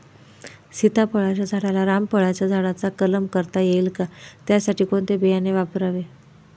सीताफळाच्या झाडाला रामफळाच्या झाडाचा कलम करता येईल का, त्यासाठी कोणते बियाणे वापरावे?